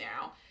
now